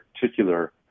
particular